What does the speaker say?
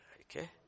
Okay